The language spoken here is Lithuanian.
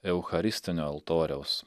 eucharistinio altoriaus